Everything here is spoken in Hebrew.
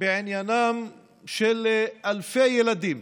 בעניינם של אלפי ילדים